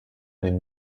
den